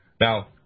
Now